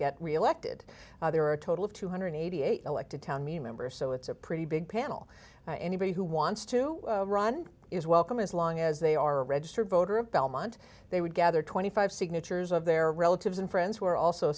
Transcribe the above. get reelected there are a total of two hundred and eighty eight dollars elected town mean members so it's a pretty big panel anybody who wants to run is welcome as long as they are registered voter of belmont they would gather twenty five signatures of their relatives and friends who are also